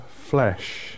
flesh